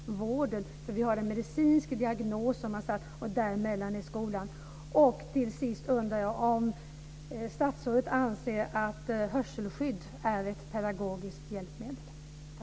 Man har nämligen ställt en medicinsk diagnos, och däremellan är skolan. Till sist undrar jag om statsrådet anser att hörselskydd är ett pedagogiskt hjälpmedel. Tack!